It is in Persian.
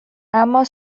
اما